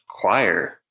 choir